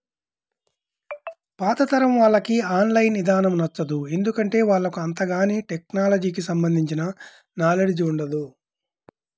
పాతతరం వాళ్లకి online ఇదానం నచ్చదు, ఎందుకంటే వాళ్లకు అంతగాని టెక్నలజీకి సంబంధించిన నాలెడ్జ్ ఉండదు